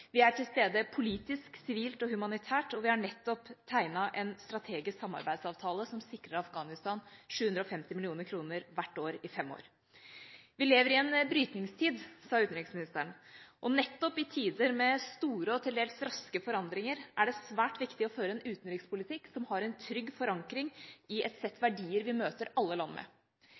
Vi er til stede politisk, sivilt og humanitært, og vi har nettopp tegnet en strategisk samarbeidsavtale som sikrer Afghanistan 750 mill. kr hvert år i fem år. Utenriksministeren sa at vi lever i en brytningstid, og nettopp i tider med store og til dels raske forandringer er det svært viktig å føre en utenrikspolitikk som har en trygg forankring i et sett verdier som vi møter alle land med.